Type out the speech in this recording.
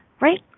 right